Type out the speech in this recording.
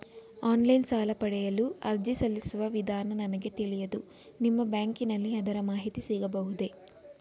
Online ಸಾಲ ಪಡೆಯಲು ಅರ್ಜಿ ಸಲ್ಲಿಸುವ ವಿಧಾನ ನನಗೆ ತಿಳಿಯದು ನಿಮ್ಮ ಬ್ಯಾಂಕಿನಲ್ಲಿ ಅದರ ಮಾಹಿತಿ ಸಿಗಬಹುದೇ?